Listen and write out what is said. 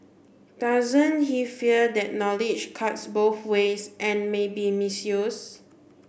doesn't he fear that knowledge cuts both ways and may be misused